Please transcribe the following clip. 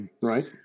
right